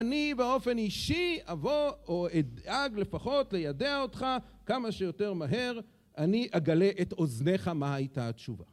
אני באופן אישי אבוא, או אדאג לפחות לידע אותך כמה שיותר מהר. אני אגלה את אוזניך מה הייתה התשובה.